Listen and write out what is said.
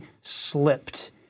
slipped